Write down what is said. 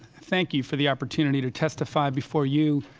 thank you for the opportunity to testify before you,